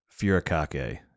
furikake